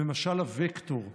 במשל הווקטור: